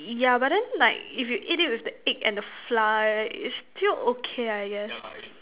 yeah but then like if you eat it with the egg and the flour it's still okay I guess